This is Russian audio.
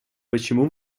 почему